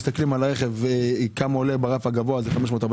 מסתכלים על הרכב כמה הוא עולה ברף הגבוה זה 545,